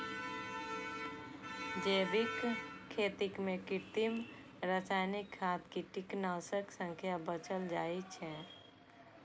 जैविक खेती मे कृत्रिम, रासायनिक खाद, कीटनाशक सं बचल जाइ छै